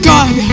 God